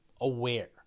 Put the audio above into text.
aware